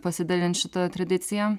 pasidalint šita tradicija